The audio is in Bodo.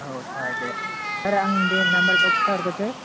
औ सार दे सार दे आं नाम्बारखौ खिन्था हरग्रोसै